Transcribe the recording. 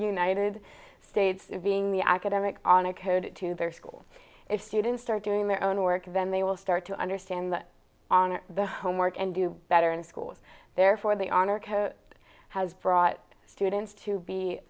united states are being the academic on a code to their school if students start doing their own work then they will start to understand on the homework and do better in school therefore the honor code has brought students to be